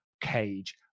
cage